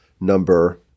number